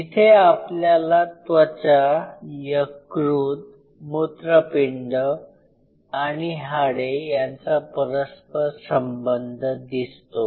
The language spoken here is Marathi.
इथे आपल्याला त्वचा यकृत मूत्रपिंड आणि हाडे यांचा परस्परसंबंध दिसतो